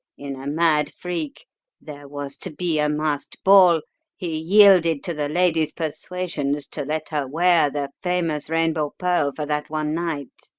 in a mad freak there was to be a masked ball he yielded to the lady's persuasions to let her wear the famous rainbow pearl for that one night.